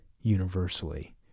universally